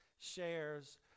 shares